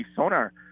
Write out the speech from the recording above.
sonar